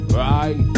right